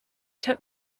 took